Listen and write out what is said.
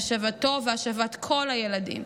ולהשבת כל הילדים.